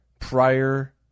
prior